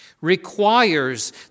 requires